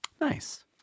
Nice